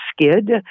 Skid